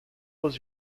was